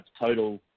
total